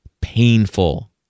painful